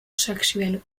seksuele